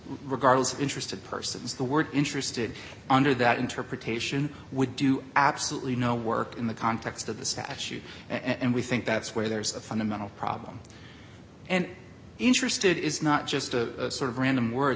regardless of interested persons the word interested under that interpretation would do absolutely no work in the context of the statute and we think that's where there's a fundamental problem and interested is not just a sort of random word